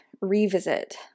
revisit